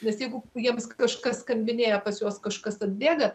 nes jeigu jiems kažkas skambinėja pas juos kažkas atbėga